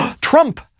Trump